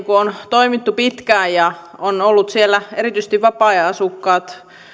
on kuntapäättäjinä toimittu pitkään ja kun siellä erityisesti vapaa ajan asukkaat